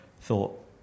thought